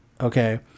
Okay